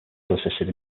assisted